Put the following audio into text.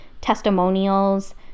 testimonials